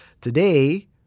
Today